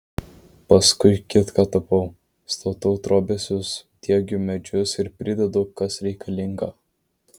paskui kitką tapau statau trobesius diegiu medžius ir pridedu kas reikalinga